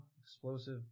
explosive